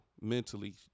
mentally